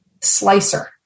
slicer